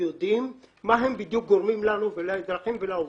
יודעים מה בדיוק הם גורמים לנו ולעובדים ולאזרחים.